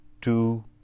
two